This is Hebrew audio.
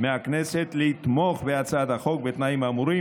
מהכנסת לתמוך בהצעת החוק בתנאים האמורים,